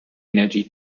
energy